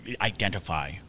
identify